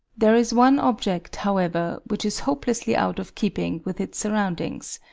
there is one object, however, which is hopelessly out of keeping with its surroundings.